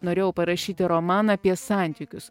norėjau parašyti romaną apie santykius